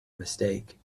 mistake